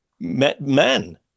men